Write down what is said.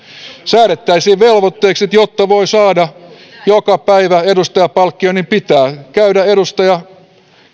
säädettäisiin velvoitteeksi että jotta voi saada joka päivä edustajanpalkkion niin edustajan pitää käydä